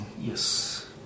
yes